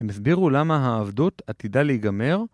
‫הם הסבירו למה העבדות עתידה להיגמר.